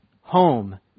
home